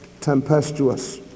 tempestuous